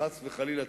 חס וחלילה,